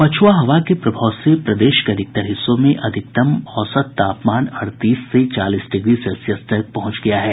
पछुआ हवा के प्रभाव से प्रदेश के अधिकांश हिस्सों में अधिकतम औसत तापमान अड़तीस से चालीस डिग्री सेल्सियस तक पहुंच गया है